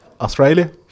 Australia